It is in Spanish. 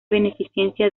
beneficencia